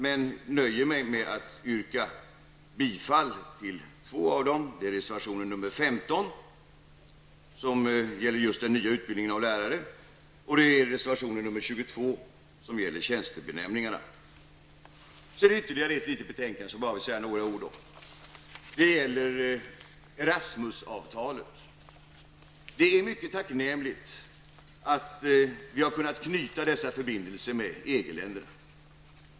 Men jag nöjer mig med att yrka bifall till två av dem, nämligen reservation 15, som gäller den nya utbildningen av lärare, och reservation 22, som gäller tjänstebenämningarna. Sedan föreligger ytterligare ett litet betänkande, som jag bara vill säga några ord om och som gäller Erasmus-avtalet. Det är mycket tacknämligt att vi har kunnat knyta dessa förbindelser med EG länderna.